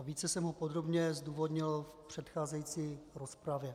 Více jsem ho podrobně zdůvodnil v předcházející rozpravě.